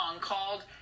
called